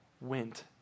went